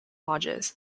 lodges